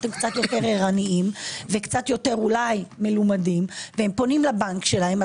קצת יותר ערניים וקצת יותר אולי מלומדים ופונים לבנק שלהם,